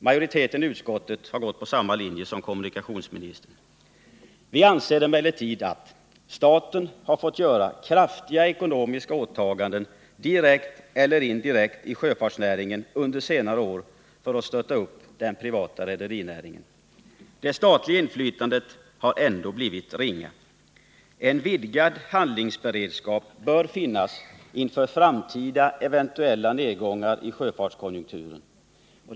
Majoriteten i utskottet har gått på samma linje som kommunikationsministern. Vi anser emellertid att staten har fått göra kraftiga ekonomiska åtaganden direkt eller indirekt i sjöfartsnäringen under senare år för att stötta upp den privata rederinäringen. Det statliga inflytandet har ändå blivit ringa. En vidgad handelsberedskap bör finnas inför framtida eventuella nedgångar i sjöfartskonjunkturen.